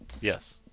Yes